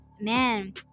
man